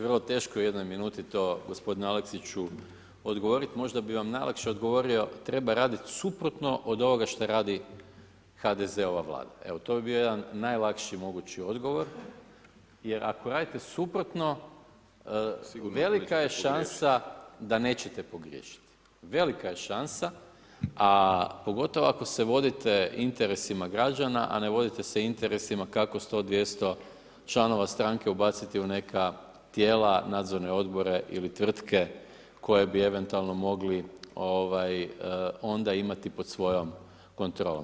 Vrlo teško je u jednoj minuti to gospodinu Aleksiću odgovoriti, možda bi vam najlakše odgovorio, treba raditi suprotno od ovoga što radi HDZ-ova Vlada, evo, to bi bio jedan najlakši mogući odgovor jer ako radite suprotno, velika je šansa da nećete pogriješiti, velika je šansa, a pogotovo ako se vodite interesima građana, a ne vodite se interesima kako 100, 200 članova stranke ubaciti u neka tijela, nadzorne odbore ili tvrtke koje bi eventualno mogli ovaj onda imati pod svojom kontrolom.